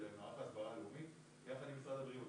מערך ההסברה הלאומי יחד עם משרד הבריאות,